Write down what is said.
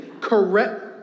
correct